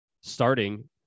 starting